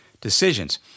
decisions